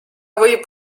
võib